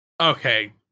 Okay